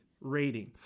rating